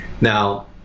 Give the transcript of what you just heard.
now